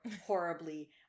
horribly